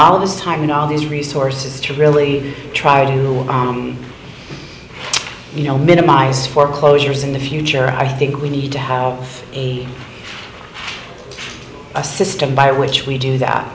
all this time and all these resources to really try to work on you know minimize foreclosures in the future i think we need to have a system by which we do that